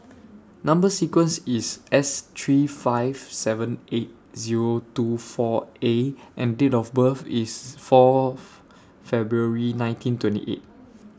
Number sequence IS S three five seven eight Zero two four A and Date of birth IS four February nineteen twenty eight